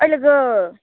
ओइ लोगो